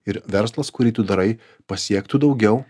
ir verslas kurį tu darai pasiektų daugiau